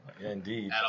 indeed